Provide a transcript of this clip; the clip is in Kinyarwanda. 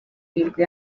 irindwi